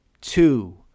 two